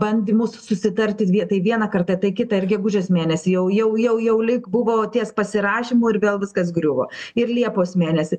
bandymus susitarti tai vieną kartą tai kitą ir gegužės mėnesį jau jau jau jau lyg buvo ties pasirašymu ir vėl viskas griuvo ir liepos mėnesį